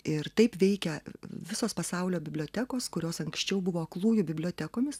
ir taip veikia visos pasaulio bibliotekos kurios anksčiau buvo aklųjų bibliotekomis